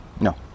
No